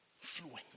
fluent